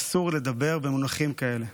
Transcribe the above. אסור לדבר במונחים כאלה.